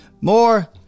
More